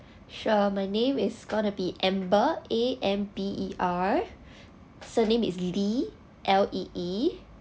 sure my name is gonna be amber a m b E r surname is lee l E E